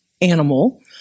animal